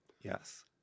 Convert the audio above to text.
yes